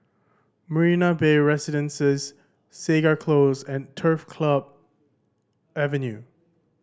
Marina Bay Residences Segar Close and Turf Club Avenue